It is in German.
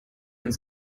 ins